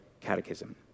Catechism